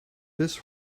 this